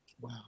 Wow